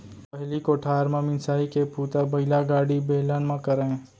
पहिली कोठार म मिंसाई के बूता बइलागाड़ी, बेलन म करयँ